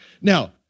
Now